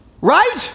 Right